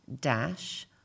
dash